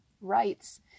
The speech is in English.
rights